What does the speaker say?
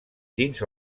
dins